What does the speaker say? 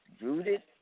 rooted